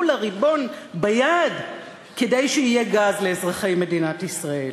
לריבון ביד כדי שיהיה גז לאזרחי מדינת ישראל,